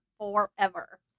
forever